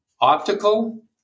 optical